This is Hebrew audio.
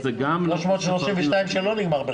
מילה לגבי